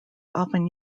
often